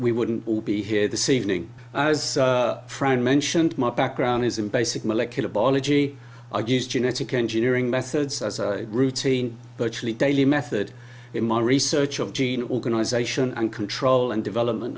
we wouldn't be here this evening as fran mentioned my background is in basic molecular biology argues genetic engineering methods as a routine virtually daily method in my research of gene organization and control and development